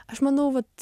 aš manau vat